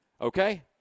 Okay